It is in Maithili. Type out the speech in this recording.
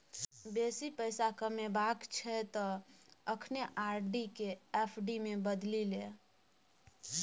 बेसी पैसा कमेबाक छौ त अखने आर.डी केँ एफ.डी मे बदलि ले